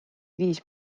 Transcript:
viis